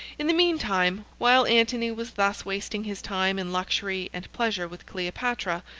in the mean time, while antony was thus wasting his time in luxury and pleasure with cleopatra,